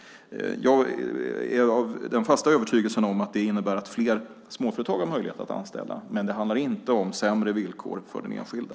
Jag är av den fasta övertygelsen att det innebär att fler småföretag har möjlighet att anställa, men det handlar inte om sämre villkor för den enskilde.